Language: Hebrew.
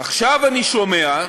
עכשיו אני שומע,